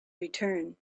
return